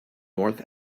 north